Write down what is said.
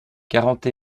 quarante